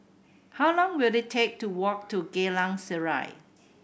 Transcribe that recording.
how long will it take to walk to Geylang Serai